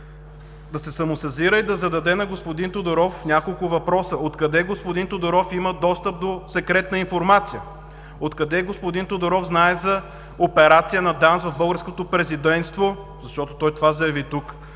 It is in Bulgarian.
Да се самосезира и да зададе на господин Тодоров няколко въпроса. От къде господин Тодоров има достъп до секретна информация? От къде господин Тодоров знае за операция на ДАНС в българското президентство, защото той това заяви тук?